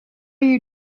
you